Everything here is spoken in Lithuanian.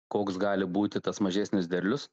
koks gali būti tas mažesnis derlius